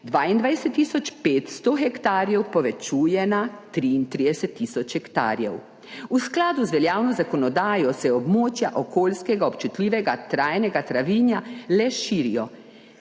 500 hektarjev povečuje na 33 tisoč hektarjev. V skladu z veljavno zakonodajo se območja okolijskega občutljivega trajnega travinja le širijo,